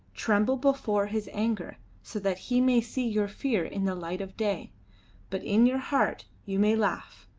tremble before his anger, so that he may see your fear in the light of day but in your heart you may laugh,